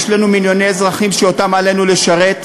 יש לנו מיליוני אזרחים שאותם עלינו לשרת,